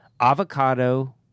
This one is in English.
Avocado